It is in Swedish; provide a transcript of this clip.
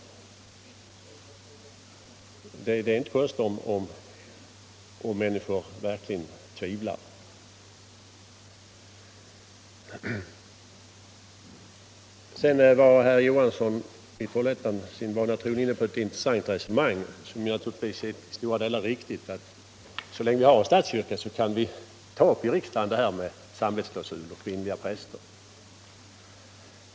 Det är inte konstigt om människor verkligen tvivlar. Herr Johansson i Trollhättan var sin vana trogen inne på ett intressant resonemang som naturligtvis är i stora delar riktigt, att så länge vi har en statskyrka kan vi i riksdagen ta upp detta med samvetsklausul och kvinnliga präster.